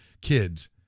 kids